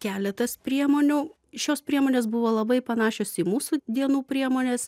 keletas priemonių šios priemonės buvo labai panašios į mūsų dienų priemones